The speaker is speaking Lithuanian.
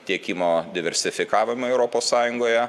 tiekimo diversifikavimui europos sąjungoje